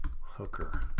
Hooker